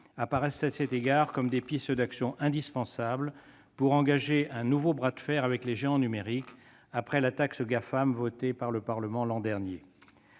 apparaissent à cet égard comme des pistes d'action indispensables pour engager un nouveau bras de fer avec les géants du numérique, après la taxe Gafam adoptée par le Parlement l'an dernier.